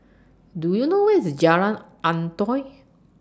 Do YOU know Where IS Jalan Antoi